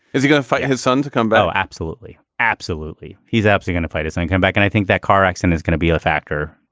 is he going to fight his son to come back absolutely. absolutely. he's actually going to fight us and come back and i think that car action is going to be a factor.